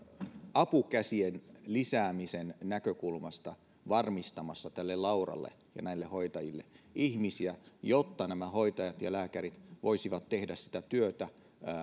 apukäsien lisäämisen näkökulmasta varmistamassa tälle lauralle ja näille hoitajille ihmisiä jotta nämä hoitajat ja lääkärit voisivat tehdä sitä työtä